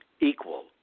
Equal